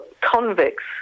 convicts